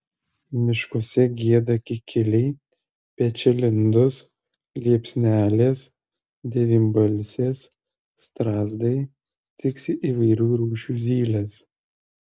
miškuose gieda kikiliai pečialindos liepsnelės devynbalsės strazdai ciksi įvairių rūšių zylės